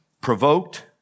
provoked